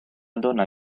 donna